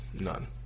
none